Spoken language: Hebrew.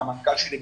מהמנכ"ל שלי,